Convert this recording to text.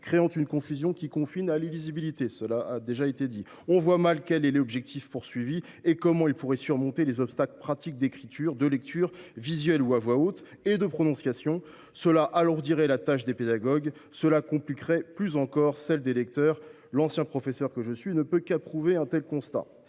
créant une confusion qui confine à l’illisibilité. On voit mal quel est l’objectif poursuivi et comment il pourrait surmonter les obstacles pratiques d’écriture, de lecture – visuelle ou à voix haute – et de prononciation. Cela alourdirait la tâche des pédagogues. Cela compliquerait plus encore celle des lecteurs. » L’ancien professeur que je suis ne peut qu’approuver un tel constat.